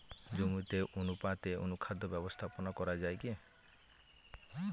জমিতে অনুপাতে অনুখাদ্য ব্যবস্থাপনা করা য়ায় কি?